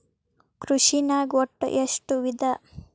ಕೃಷಿನಾಗ್ ಒಟ್ಟ ಎಷ್ಟ ವಿಧ?